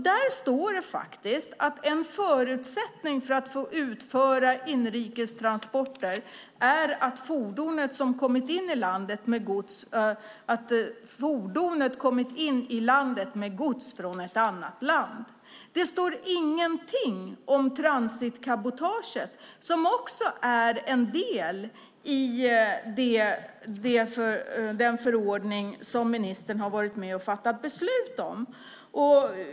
Där står det att en förutsättning för att få utföra inrikestransporter är att fordonet har kommit in i landet med gods från ett annat land. Det står ingenting om transitcabotaget, som också är en del i den förordning som ministern har varit och fattat beslut om.